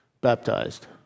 baptized